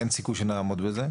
אין סיכוי שנעמוד בזה.